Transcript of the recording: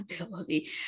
ability